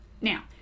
Now